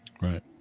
Right